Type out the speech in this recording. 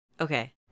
Okay